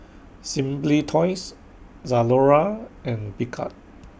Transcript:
Simply Toys Zalora and Picard